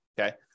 okay